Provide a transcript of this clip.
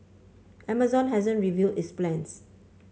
Amazon hasn't revealed its plans